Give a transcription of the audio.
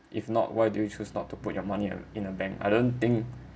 if not why do you choose not to put your money in a in a bank I don't think